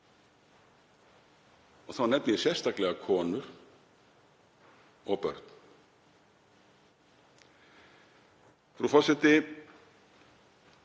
og þá nefni ég sérstaklega konur og börn. Frú forseti.